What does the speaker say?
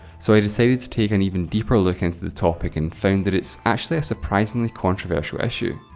so i decided to take an even deeper look into the topic, and found that it's actually a surprisingly controversial issue.